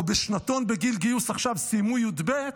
או בשנתון בגיל גיוס שעכשיו סיימו י"ב,